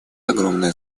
огромное